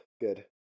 good